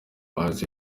yagize